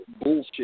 bullshit